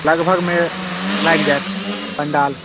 लगभगमे लागि जाएत पण्डाल